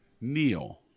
Neil